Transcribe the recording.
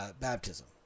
baptism